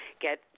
get